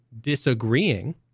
disagreeing